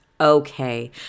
Okay